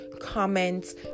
comments